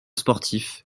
sportif